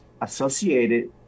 associated